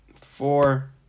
Four